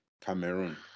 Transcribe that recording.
Cameroon